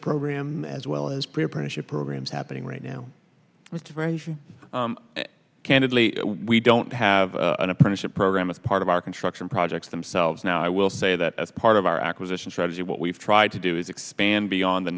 program as well as peer pressure programs happening right now with very candidly we don't have an apprenticeship program as part of our construction projects themselves now i will say that part of our acquisition strategy what we've tried to do is expand beyond the